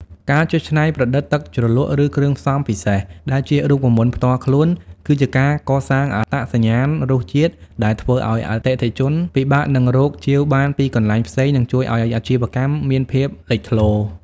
ការចេះច្នៃប្រឌិតទឹកជ្រលក់ ឬគ្រឿងផ្សំពិសេសដែលជារូបមន្តផ្ទាល់ខ្លួន គឺជាការកសាងអត្តសញ្ញាណរសជាតិដែលធ្វើឱ្យអតិថិជនពិបាកនឹងរកជាវបានពីកន្លែងផ្សេង និងជួយឱ្យអាជីវកម្មមានភាពលេចធ្លោ។